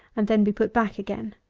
and then be put back again.